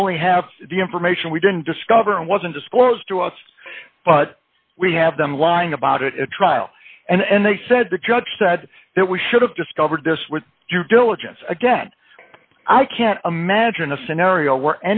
not only have the information we didn't discover it wasn't disclosed to us but we have them lying about it a trial and they said the judge said that we should have discovered this with due diligence again i can't imagine a scenario where